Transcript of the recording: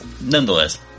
nonetheless